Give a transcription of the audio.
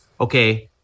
okay